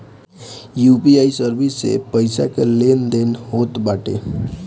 UPI service से पईसा के लेन देन होत बाटे